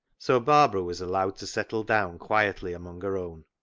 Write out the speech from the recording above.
so barbara was allowed to settle down quietly among her own.